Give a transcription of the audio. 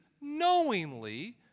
knowingly